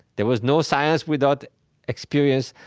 there was no science without experience.